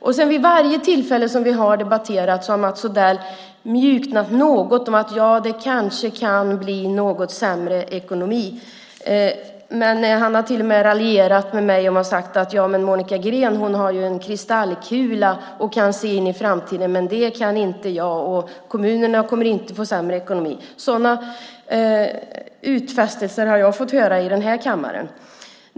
För varje tillfälle som vi har debatterat har Mats Odell mjuknat något: Det kanske kan bli något sämre ekonomi. Han har till och med raljerat med mig och sagt att Monica Green ju har en kristallkula och kan se in i framtiden, men det kan inte jag. Kommunerna kommer inte att få sämre ekonomi. Sådana utfästelser har jag fått höra i den här kammaren.